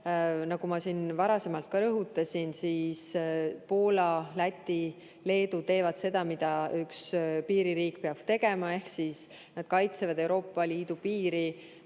Nagu ma varasemalt rõhutasin, siis Poola, Läti ja Leedu teevad seda, mida üks piiririik peab tegema, ehk nad kaitsevad Euroopa Liidu piiri